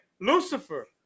Lucifer